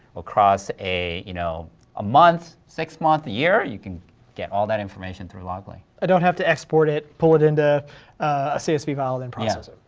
across a you know a month, six months, a year? you can get all that information through loggly. i don't have to export it, pull it into a csv file then process it?